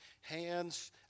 hands